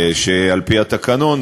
על-פי התקנון,